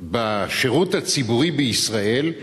בשירות הציבורי בישראל,